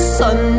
sun